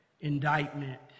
indictment